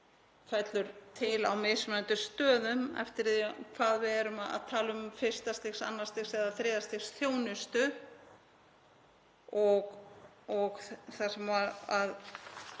fellur til á mismunandi stöðum eftir því hvað við erum að tala um; fyrsta stigs, annars stigs eða þriðja stigs þjónustu. Það sem ég